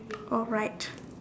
alright